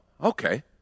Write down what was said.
okay